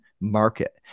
market